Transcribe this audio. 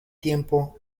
tiempo